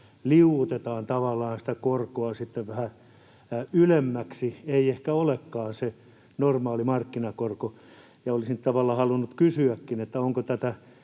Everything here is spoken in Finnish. liu'utetaan tavallaan sitä korkoa sitten vähän ylemmäksi. Ei ehkä olekaan se normaali markkinakorko. Olisin tavallaan halunnut kysyäkin, onko